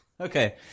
Okay